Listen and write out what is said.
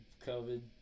COVID